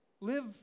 Live